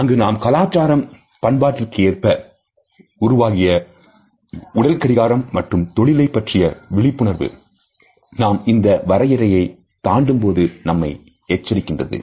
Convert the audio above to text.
அங்கு நாம் கலாச்சாரம் பண்படுத்தியதற்கேற்ப ஏற்ப உருவாகிய உடல் கடிகாரம் மற்றும் தொழிலைப் பற்றிய விழிப்புணர்வு நாம் இந்த வரையறையை தாண்டும்போது நம்மை எச்சரிக்கிறது